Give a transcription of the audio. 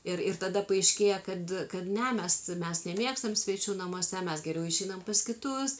ir ir tada paaiškėja kad kad ne mes mes nemėgstam svečių namuose mes geriau išeinam pas kitus